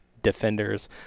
defenders